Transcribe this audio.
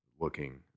looking